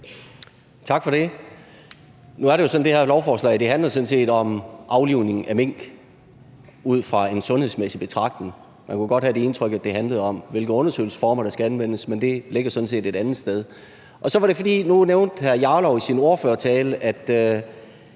Tak for det. Nu er det jo sådan, at det her lovforslag sådan set handler om aflivning af mink ud fra en sundhedsmæssig betragtning. Man kunne godt få det indtryk, at det handler om, hvilke undersøgelsesformer der skal anvendes, men det ligger sådan set et andet sted. Nu nævnte hr. Rasmus Jarlov i sin ordførertale, at